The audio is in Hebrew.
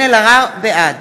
בעד